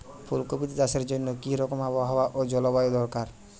ফুল কপিতে চাষের জন্য কি রকম আবহাওয়া ও জলবায়ু দরকার?